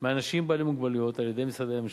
מאנשים בעלי מוגבלויות על-ידי משרדי הממשלה.